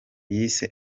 yise